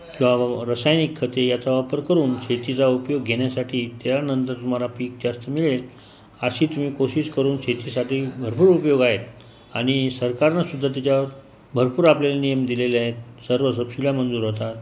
किंवा बाबा रासायनिक खते याचा वापर करून शेतीचा उपयोग घेण्यासाठी त्यानंतर तुम्हाला पीक जास्त मिळेल अशी तुम्ही कोशिश करून शेतीसाठी भरपूर उपयोग आहे आणि सरकारनं सुद्धा त्याच्या भरपूर आपल्याला नियम दिलेले आहेत सर्व सबसिड्या मंजूर होतात